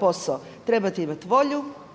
posao trebate imati volju,